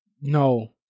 No